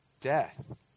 Death